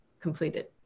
completed